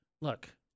Look